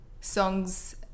songs